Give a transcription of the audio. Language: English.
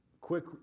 quick